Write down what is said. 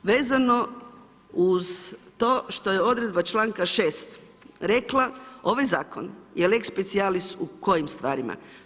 Vezano uz to što je odredba čl. 6. rekla, ovaj Zakon je lex speciallis u kojim stvarima?